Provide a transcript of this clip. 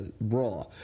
raw